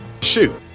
Shoot